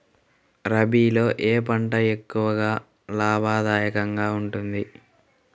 రబీలో ఏ పంట ఎక్కువ లాభదాయకంగా ఉంటుంది?